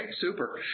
super